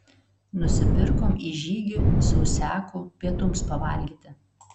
nusipirkom į žygį sausiakų pietums pavalgyti